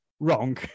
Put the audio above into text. Wrong